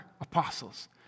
apostles